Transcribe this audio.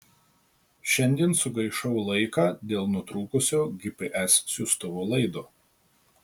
šiandien sugaišau laiką dėl nutrūkusio gps siųstuvo laido